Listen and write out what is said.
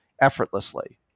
effortlessly